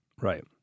Right